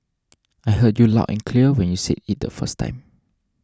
I heard you loud and clear when you said it the first time